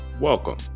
Welcome